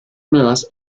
nuevas